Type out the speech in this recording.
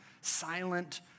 silent